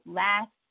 last